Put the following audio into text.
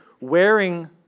wearing